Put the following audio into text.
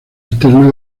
externa